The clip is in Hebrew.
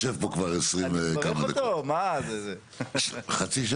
יש פה שלל גורמים, אני רוצה שנייה